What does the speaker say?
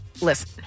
Listen